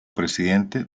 presidente